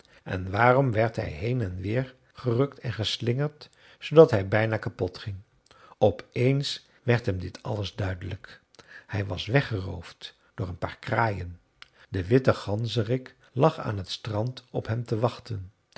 en waarom werd hij heen en weer gerukt en geslingerd zoodat hij bijna kapot ging op eens werd hem dit alles duidelijk hij was weggeroofd door een paar kraaien de witte ganzerik lag aan het strand op hem te wachten